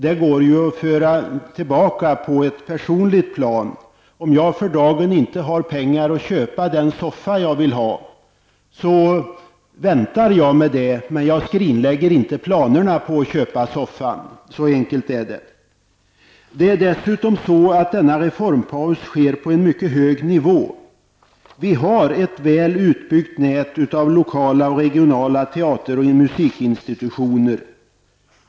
Det är bara att se till hur det kan vara på det personliga planet. Om jag t.ex. inte har pengar för inköp av den soffa som jag vill ha, väntar jag ju med det köpet. Men för den skull skrinlägger jag inte mina planer på att köpa en soffa. Så enkelt är det. Nämnda reformpaus görs dessutom på en mycket hög nivå. Vi har ju ett väl utbyggt nät av lokala och regionala teater och musikinstitutioner.